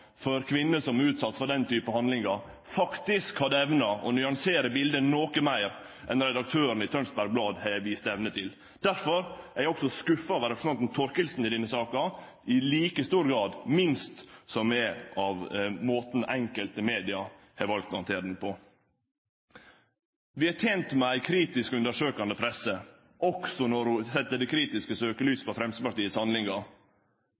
for kvinner som blir utsette for den type handlingar, faktisk hadde evna til å nyansere biletet noko meir enn redaktøren i Tønsbergs Blad har vist evne til. Derfor er eg i minst like stor grad skuffa over representanten Thorkildsen i denne saka som eg er over måten enkelte medium har valt å handtere saka på. Vi er tente med ei kritisk og undersøkjande presse – også når ho sett det kritiske